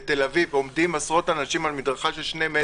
בתל אביב עומדים עשרות אנשים על מדרכה של שני מטר.